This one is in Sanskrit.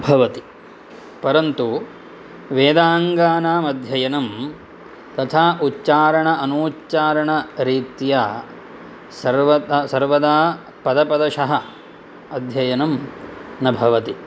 भवति परन्तु वेदाङ्गानाम् अध्ययनं तथा उच्चारण अनूच्चारणरीत्या सर्वदा पदपदशः अध्ययनं न भवति